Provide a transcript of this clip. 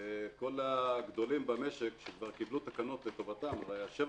כל הגדולים במשק שכבר קיבלו תקנות לטובתם שבע